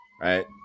right